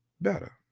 better